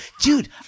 Dude